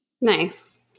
Nice